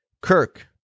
Kirk